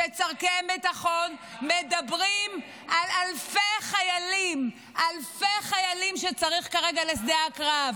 שצורכי ביטחון מדברים על אלפי חיילים שצריך כרגע לשדה הקרב,